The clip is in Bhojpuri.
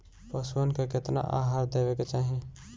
पशुअन के केतना आहार देवे के चाही?